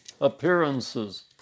appearances